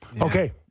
Okay